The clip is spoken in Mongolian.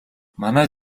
манай